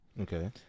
Okay